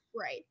Right